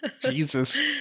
Jesus